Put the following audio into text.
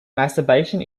masturbation